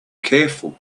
careful